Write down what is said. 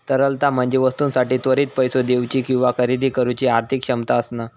तरलता म्हणजे वस्तूंसाठी त्वरित पैसो देउची किंवा खरेदी करुची आर्थिक क्षमता असणा